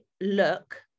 look